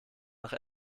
nach